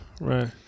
right